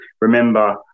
remember